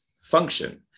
function